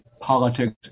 politics